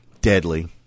Deadly